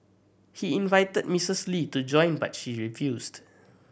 he invited Mistress Lee to join but she refused